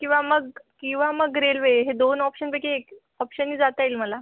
किंवा मग किंवा मग रेल्वे हे दोन ऑप्शनपैकी एक ऑप्शननी जाता येईल मला